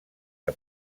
que